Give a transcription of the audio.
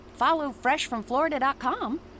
followfreshfromflorida.com